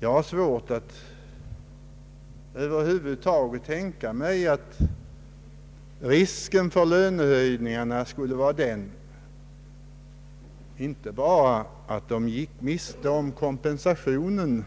Jag har svårt att över huvud taget tänka mig att risken med lönehöjningarna skulle vara att löntagarna inte bara gick miste om kompensationen